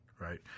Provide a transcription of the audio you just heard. right